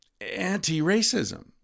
anti-racism